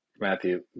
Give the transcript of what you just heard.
Matthew